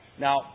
Now